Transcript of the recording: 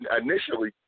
initially